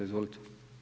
Izvolite.